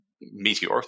meteor